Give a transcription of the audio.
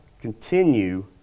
continue